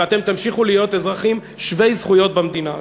ואתם תמשיכו להיות אזרחים שווי זכויות במדינה הזאת,